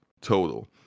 total